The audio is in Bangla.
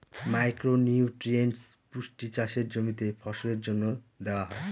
মাইক্রো নিউট্রিয়েন্টস পুষ্টি চাষের জমিতে ফসলের জন্য দেওয়া হয়